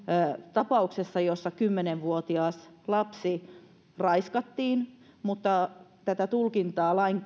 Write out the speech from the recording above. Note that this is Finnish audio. tapauksesta jossa kymmenenvuotias lapsi raiskattiin mutta tämä tulkittiin lain